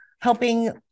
helping